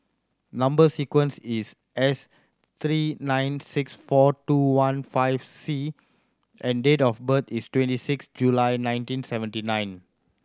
number sequence is S three nine six four two one five C and date of birth is twenty six July nineteen seventy nine